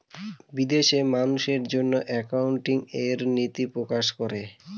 বিদেশে মানুষের জন্য একাউন্টিং এর নীতি প্রকাশ করে